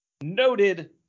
noted